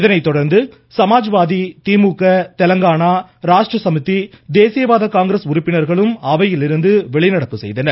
இதனைத்தொடர்ந்து சமாஜ்வாடி திமுக தெலங்கானா ராஷ்ட்ர சமிதி தேசியவாத காங்கிரஸ் உறுப்பினர்களும் அவையிலிருந்து வெளிநடப்பு செய்தனர்